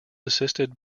assisted